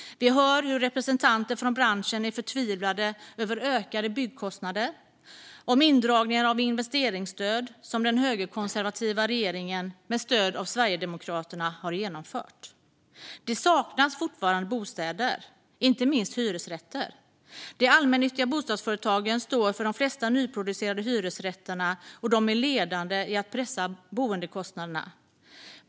Vi hör hur representanter från branschen är förtvivlade över ökade byggkostnader. Till detta kommer den indragning av investeringsstöd som den högerkonservativa regeringen med stöd av Sverigedemokraterna har genomfört. Det saknas fortfarande bostäder, inte minst hyresrätter. De allmännyttiga bostadsföretagen står för de flesta nyproducerade hyresrätterna, och de är ledande i att pressa boendekostnaderna.